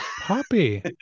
Poppy